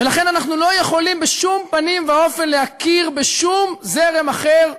ולכן אנחנו לא יכולים בשום פנים ואופן להכיר בשום זרם אחר ביהדות.